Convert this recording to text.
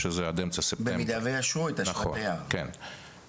בוודאי, מה זה יודעים?